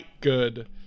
good